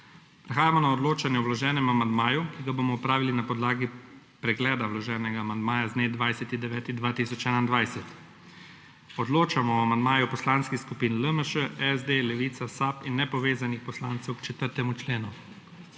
Prehajamo na odločanje o vloženem amandmaju, ki ga bomo opravili na podlagi pregleda vloženega amandmaja z dne 20. 9. 2021. Odločamo o amandmaju poslanskih skupin LMŠ, SD, Levica, SAB in nepovezanih poslancev k 4. členu.